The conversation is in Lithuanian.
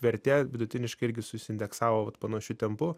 vertė vidutiniškai irgi susiindeksavo vat panašiu tempu